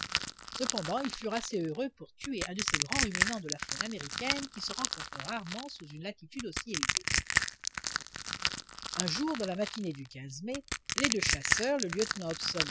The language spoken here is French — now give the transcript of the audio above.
cependant ils furent assez heureux pour tuer un de ces grands ruminants de la faune américaine qui se rencontrent rarement sous une latitude aussi élevée un jour dans la matinée du mai les deux chasseurs le lieutenant